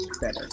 better